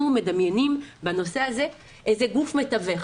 אנחנו מדמיינים בנושא הזה גוף מתווך.